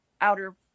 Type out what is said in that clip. outer